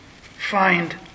find